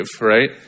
right